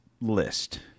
list